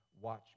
watch